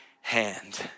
hand